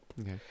Okay